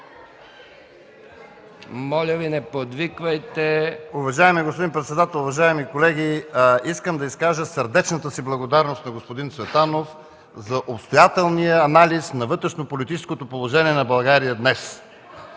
Моля Ви, не подвиквайте! ТАСКО ЕРМЕНКОВ (КБ): Уважаеми господин председател, уважаеми колеги! Искам да изкажа сърдечната си благодарност на господин Цветанов за обстоятелствения анализ на вътрешнополитическото положение на България днес.